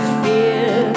fear